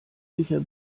sicher